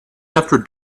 after